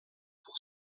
pour